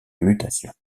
mutation